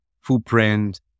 footprint